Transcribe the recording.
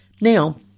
Now